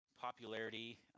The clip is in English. popularity